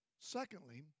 Secondly